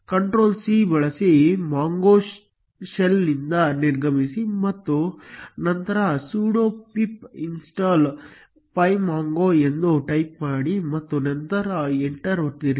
CtrlC ಬಳಸಿ Mongo ಶೆಲ್ನಿಂದ ನಿರ್ಗಮಿಸಿ ಮತ್ತು ನಂತರ sudo pip install pymongo ಎಂದು ಟೈಪ್ ಮಾಡಿ ಮತ್ತು ಎಂಟರ್ ಒತ್ತಿರಿ